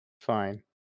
fine